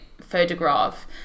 photograph